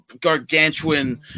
gargantuan